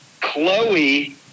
Chloe